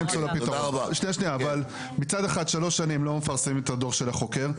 שנייה אבל מצד אחד שלוש שנים לא מפרסמים את הדוח של החוקר,